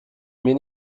mir